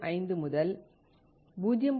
05 முதல் 0